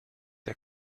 der